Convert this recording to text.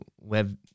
web